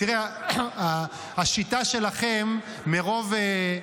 תראה, השיטה שלכם, מרוב,